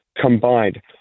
combined